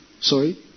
Sorry